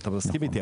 ואתה מסכים איתי.